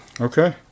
Okay